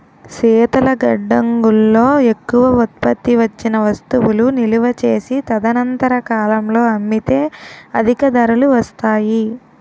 శీతల గడ్డంగుల్లో ఎక్కువ ఉత్పత్తి వచ్చిన వస్తువులు నిలువ చేసి తదనంతర కాలంలో అమ్మితే అధిక ధరలు వస్తాయి